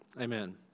Amen